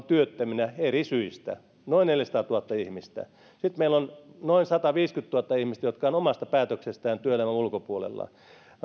työttöminä eri syistä noin neljäsataatuhatta ihmistä sitten meillä on noin sataviisikymmentätuhatta ihmistä jotka ovat omasta päätöksestään työelämän ulkopuolella